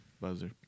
buzzer